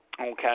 okay